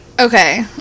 Okay